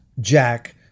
jack